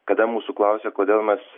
kada mūsų klausia kodėl mes